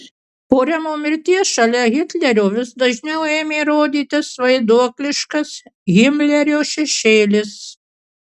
po remo mirties šalia hitlerio vis dažniau ėmė rodytis vaiduokliškas himlerio šešėlis